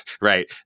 Right